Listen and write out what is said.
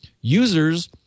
Users